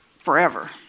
forever